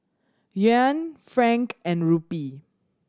Yuan franc and Rupee